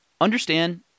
Understand